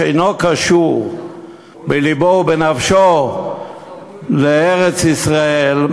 שאינו קשור בלבו ובנפשו לארץ-ישראל,